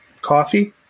coffee